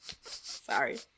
Sorry